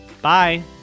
Bye